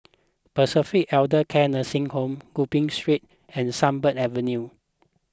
Pacific Elder Care Nursing Home Gopeng Street and Sunbird Avenue